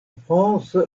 france